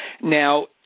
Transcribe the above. Now